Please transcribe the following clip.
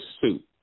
suit